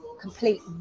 complete